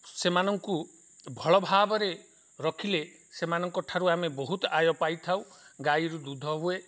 ସେମାନଙ୍କୁ ଭଲ ଭାବରେ ରଖିଲେ ସେମାନଙ୍କଠାରୁ ଆମେ ବହୁତ ଆୟ ପାଇଥାଉ ଗାଈରୁ ଦୁଧ ହୁଏ